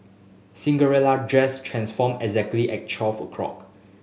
Cinderella dress transformed exactly at twelve o'clock